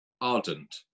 ardent